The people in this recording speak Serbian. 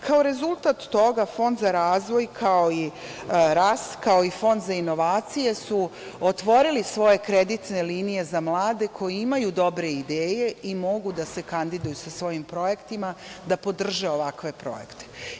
Kao rezultat toga Fond za razvoj, kao i RAS, kao i Fond za inovacije su otvorili svoje kreditne linije za mlade koji imaju dobre ideje i mogu da se kandiduju sa svojim projektima, da podrže ovakve projekte.